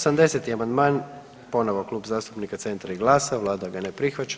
80. amandman, ponovo Klub zastupnika Centra i GLAS-a, Vlada ne prihvaća.